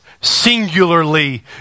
singularly